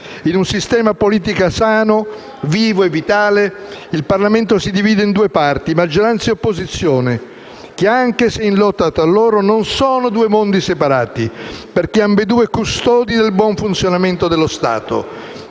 In un sistema politico sano, vivo e vitale, il Parlamento si divide in due parti: maggioranza e opposizione, che, anche se in lotta tra loro, non sono due mondi separati, perché ambedue custodi del buon funzionamento dello Stato,